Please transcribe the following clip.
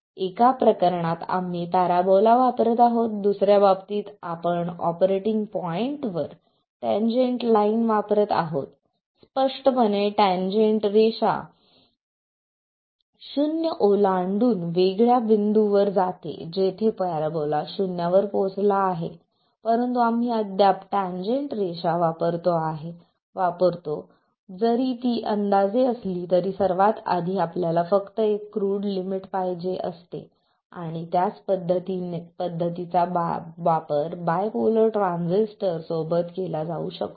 एका प्रकरणात आम्ही पॅराबोला वापरत आहोत दुसर्या बाबतीत आपण ऑपरेटिंग पॉईंटवर टेंजेन्ट लाइन वापरत आहोत स्पष्टपणे टेंजेन्ट रेषा शून्य ओलांडून वेगळ्या बिंदूवर जाते जेथे पॅराबोला शून्यावर पोहोचला आहे परंतु आम्ही अद्याप टेंजेन्ट रेखा वापरतो जरी ती अंदाजे असली तरी सर्वात आधी आपल्याला फक्त एक क्रूड लिमिट पाहिजे असते आणि त्याच पद्धतीचा वापर बायपोलर ट्रान्झिस्टर सोबत केला जाऊ शकतो